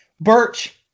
Birch